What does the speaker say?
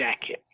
jacket